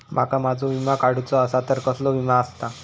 माका माझो विमा काडुचो असा तर कसलो विमा आस्ता?